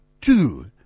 two